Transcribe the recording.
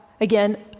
again